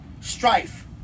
Strife